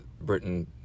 Britain